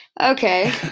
Okay